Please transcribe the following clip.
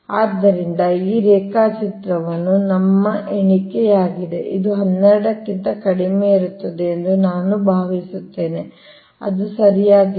ಆದ್ದರಿಂದ ಈ ರೇಖಾಚಿತ್ರವು ನಮ್ಮ ಎಣಿಕೆಯಾಗಿದೆ ಇದು 12 ಕ್ಕಿಂತ ಕಡಿಮೆಯಿರುತ್ತದೆ ಎಂದು ನಾನು ಭಾವಿಸುತ್ತೇನೆ ಅದು ಸರಿಯಾಗಿಲ್ಲ